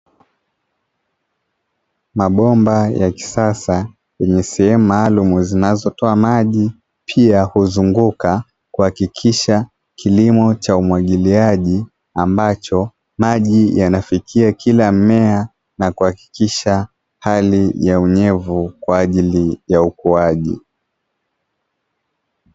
Mabomba ya kisasa yenye sehemu maalumu zinazotoa maji pia huzunguka kuhakikisha kilimo cha umwagiliaji ambacho maji yanafikia kila mmea, na kuhakikisha hali ya unyevu kwa ajili ya ukuaji.